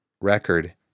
record